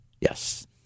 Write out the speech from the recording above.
Yes